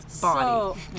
body